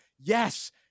yes